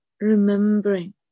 remembering